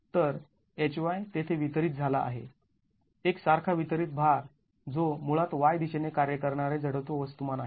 तर H y तेथे वितरित झाला आहे एक सारखा वितरित भार जो मुळात y दिशेने कार्य करणारे जडत्व वस्तुमान आहे